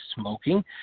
smoking